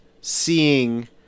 seeing